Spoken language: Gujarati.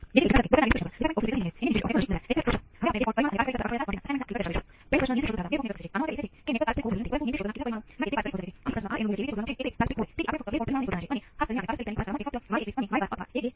તે પછી તેઓ આના જેવી કોઈક પદાવલિ મેળવવા માંગે છે અને તે આપણે આને હલ કરીને મેળવી શકીએ છીએ